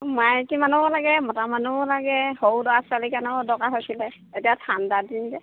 মাইকী মানুহৰো লাগে মতা মানুহৰো লাগে সৰু ল'ৰা ছোৱালীৰ কাৰণেও দৰকাৰ হৈছিলে এতিয়া ঠাণ্ডাদিন যে